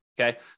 okay